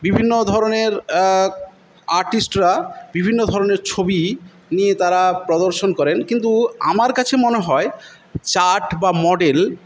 বিভিন্ন ধরনের আর্টিস্টরা বিভিন্ন ধরনের ছবি নিয়ে তারা প্রদর্শন করেন কিন্তু আমার কাছে মনে হয় চার্ট বা মডেল